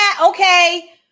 Okay